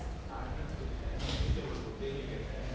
it